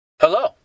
Hello